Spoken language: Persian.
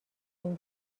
این